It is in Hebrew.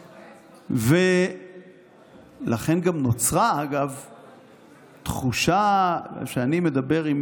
אגב, ולכן גם נוצרה תחושה, כשאני מדבר עם